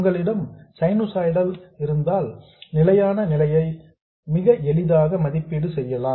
உங்களிடம் சைனுசாய்ட்ஸ் இருந்தால் நிலையான நிலையை மிக எளிதாக மதிப்பீடு செய்யலாம்